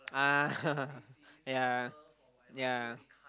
ah yeah yeah